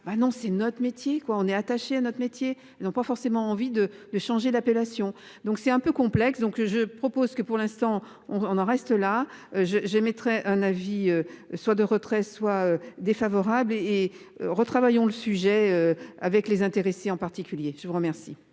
non c'est notre métier quoi on est attaché à notre métier. Ils n'ont pas forcément envie de le changer d'appellation. Donc c'est un peu complexe donc je propose que pour l'instant on on en reste là je j'émettrai un avis soit de retrait soit défavorable et retravailleront le sujet avec les intéressés, en particulier, je vous remercie.